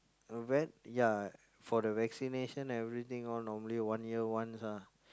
vet ya for the vaccination everything all normally one year once ah